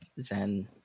Zen